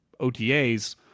OTAs